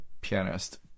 pianist